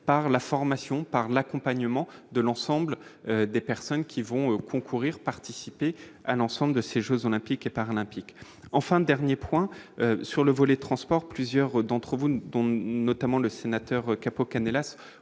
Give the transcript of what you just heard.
par la formation par l'accompagnement de l'ensemble des personnes qui vont concourir, participer à l'ensemble de ces Jeux olympiques et paralympiques enfin dernier point sur le volet transport plusieurs d'entre vous ne dont notamment le sénateur cap aucun